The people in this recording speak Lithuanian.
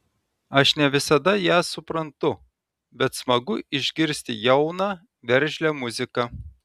aš ne visada ją suprantu bet smagu išgirsti jauną veržlią muziką